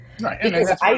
Right